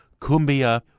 cumbia